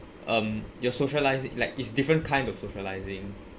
um your socialisi~ like it's different kind of socialising